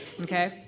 Okay